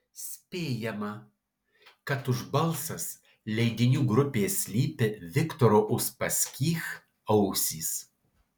spėjama kad už balsas leidinių grupės slypi viktoro uspaskich ausys